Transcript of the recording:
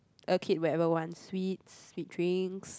a kid wherever want sweets sweet drinks